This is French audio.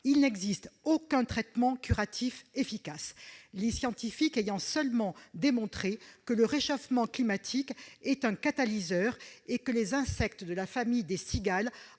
il n'existe aucun traitement curatif efficace, les scientifiques ayant seulement démontré que le réchauffement climatique est un catalyseur et que les insectes de la famille des cigales